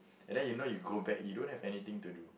and that you know you go back you don't have anything to do